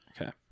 Okay